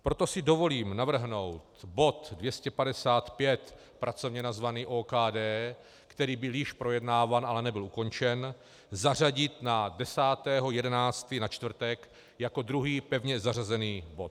Proto si dovolím navrhnout bod 255 pracovně nazvaný OKD, který byl již projednáván, ale nebyl ukončen, zařadit na 10. 11. na čtvrtek jako druhý, pevně zařazený bod.